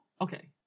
okay